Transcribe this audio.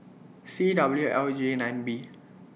C W L J nine B